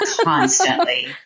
constantly